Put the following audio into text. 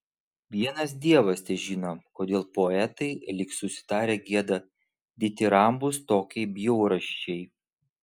vienas dievas težino kodėl poetai lyg susitarę gieda ditirambus tokiai bjaurasčiai